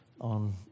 on